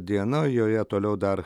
diena o joje toliau dar